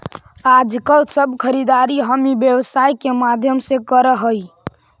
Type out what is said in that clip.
आजकल सब खरीदारी हम ई व्यवसाय के माध्यम से ही करऽ हई